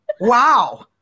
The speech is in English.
Wow